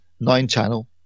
nine-channel